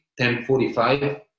10:45